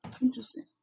Interesting